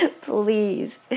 Please